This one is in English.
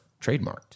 trademarked